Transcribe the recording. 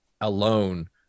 alone